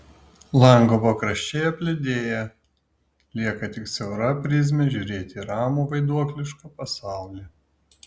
lango pakraščiai apledėja lieka tik siaura prizmė žiūrėti į ramų vaiduoklišką pasaulį